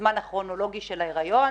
הזמן הכרונולוגי של ההיריון